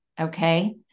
okay